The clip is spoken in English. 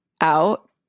out